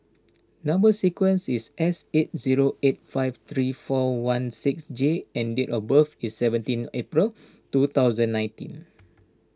Number Sequence is S eight zero eight five three four one six J and date of birth is seventeen April two thousand nineteen